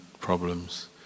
problems